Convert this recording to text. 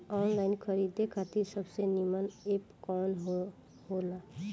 Online खरीदे खातिर सबसे नीमन एप कवन हो ला?